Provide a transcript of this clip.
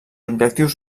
objectius